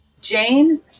Jane